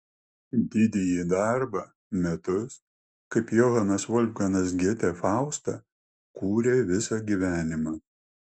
didįjį darbą metus kaip johanas volfgangas gėtė faustą kūrė visą gyvenimą